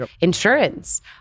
Insurance